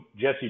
Jesse